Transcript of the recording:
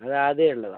അത് ആദ്യമേ ഉള്ളതാണ്